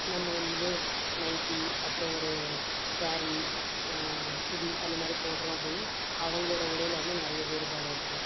நம்ம வந்து நைட்டி அப்புறம் ஒரு ஸாரீ சுடி அந்தமாதிரி போடுறோம் அப்படின்னா அவங்களோடய உடையில் வந்து நிறைய வேறுபாடு இருக்கும்